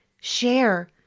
Share